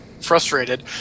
Frustrated